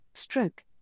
stroke